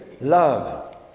Love